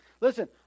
Listen